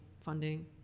funding